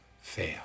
fail